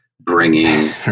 bringing